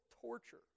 torture